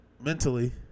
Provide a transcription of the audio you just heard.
mentally